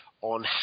on